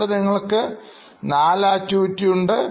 ഇവിടെ നിങ്ങൾക്ക് 4 ആക്ടിവിറ്റി ഉണ്ട്